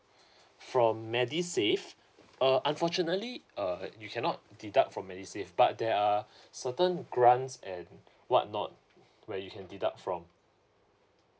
from medisave uh unfortunately uh you cannot deduct from medisave but there are certain grants and what not where you can deduct from